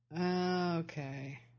Okay